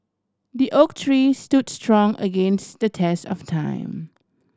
the oak tree stood strong against the test of time